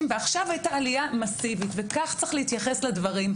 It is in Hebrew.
כי אחד הדברים שאפשר לעודד עלייה זה שדואגים לקליטה מוצלחת,